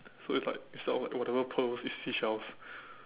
so it's like instead of like whatever pearls it's seashells